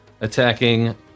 attacking